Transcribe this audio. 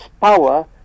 power